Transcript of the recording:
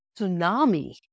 tsunami